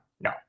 No